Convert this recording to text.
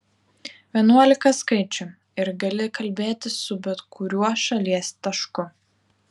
vienuolika skaičių ir gali kalbėti su bet kuriuo šalies tašku